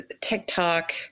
TikTok